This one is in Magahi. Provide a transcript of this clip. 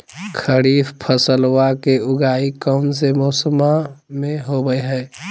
खरीफ फसलवा के उगाई कौन से मौसमा मे होवय है?